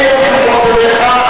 לי אין תשובות אליך,